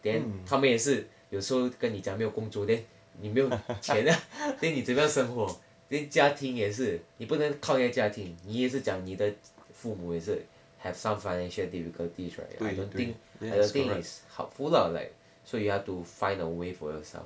then 他们也是有时候跟你讲没有工作 then 你没有钱 then 你怎么样生活 then 家庭也是你不能靠你的家庭你也是讲你的父母也是 have some financial difficulties right I don't think I don't think it's helpful lah like so you have to find a way for yourself